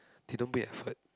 they don't put in effort